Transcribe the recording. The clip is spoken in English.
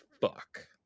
fuck